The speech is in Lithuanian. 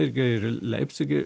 irgi ir leipcige